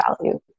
value